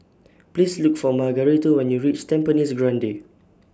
Please Look For Margarito when YOU REACH Tampines Grande